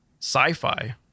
sci-fi